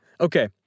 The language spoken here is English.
Okay